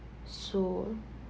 so